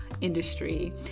industry